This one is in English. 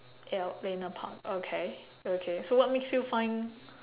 ya lena park okay okay so what makes you find